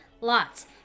lots